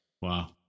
Wow